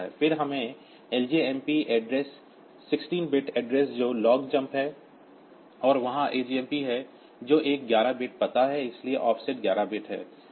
फिर हमें लजमप एड्रेस 16 बिट एड्रेस जो लॉन्ग जंप है और वहाँ AJMP है जो एक 11 बिट पता है इसलिए ऑफसेट 11 बिट है